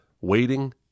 waiting